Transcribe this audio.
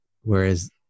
Whereas